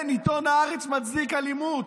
כן, עיתון הארץ מצדיק אלימות.